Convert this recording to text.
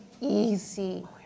easy